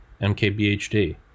mkbhd